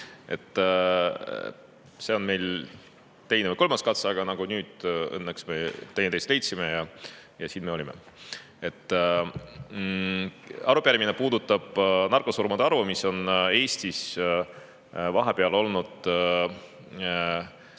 See on meil teine või kolmas katse, aga nüüd õnneks me teineteist leidsime ja siin me oleme. Arupärimine puudutab narkosurmade arvu, mis on Eestis vahepeal olnud